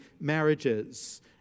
marriages